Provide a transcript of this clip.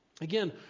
Again